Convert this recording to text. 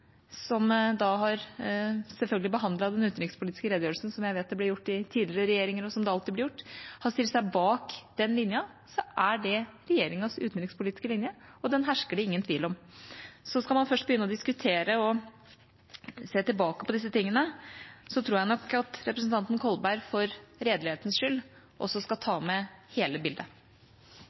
som selvfølgelig har behandlet den utenrikspolitiske redegjørelsen, som jeg vet det ble gjort i tidligere regjeringer, og som alltid blir gjort – har stilt seg bak den linja, så er det regjeringas utenrikspolitiske linje, og den hersker det ingen tvil om. Skal man først begynne å diskutere og se tilbake på disse tingene, tror jeg nok at representanten Kolberg for redelighetens skyld skal ta med hele bildet.